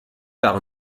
par